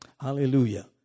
Hallelujah